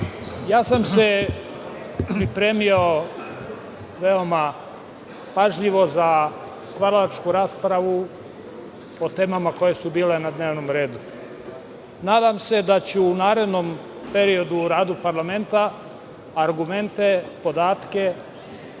sam se veoma pažljivo za stvaralačku raspravu o temama koje su bile na dnevnom redu. Nadam se da ću u narednom periodu u radu parlamenta argumente, podatke